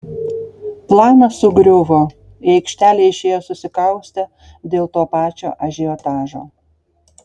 planas sugriuvo į aikštelę išėjo susikaustę dėl to pačio ažiotažo